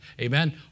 Amen